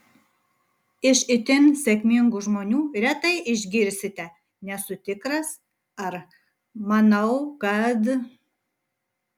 iš itin sėkmingų žmonių retai išgirsite nesu tikras ar manau kad